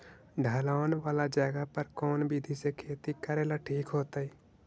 ढलान वाला जगह पर कौन विधी से खेती करेला ठिक होतइ?